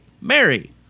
Mary